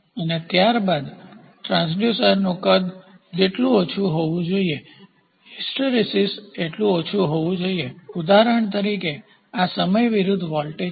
અને ત્યારબાદ ટ્રાન્સડ્યુસરનું કદ જેટલું ઓછું હોવું જોઈએ હિસ્ટેરેસિસ જેટલું ઓછું હોવું જોઈએ ઉદાહરણ તરીકે આ સમય વિરુદ્ધ વોલ્ટેજ છે